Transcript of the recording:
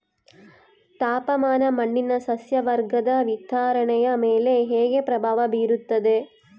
ತಾಪಮಾನ ಮಣ್ಣಿನ ಸಸ್ಯವರ್ಗದ ವಿತರಣೆಯ ಮೇಲೆ ಹೇಗೆ ಪ್ರಭಾವ ಬೇರುತ್ತದೆ?